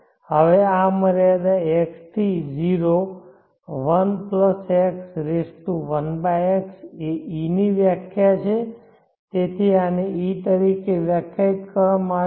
હવે આ મર્યાદા x થી 0 1 x1x એ e ની વ્યાખ્યા છે તેથી આને e તરીકે વ્યાખ્યાયિત કરવામાં આવી છે